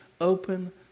open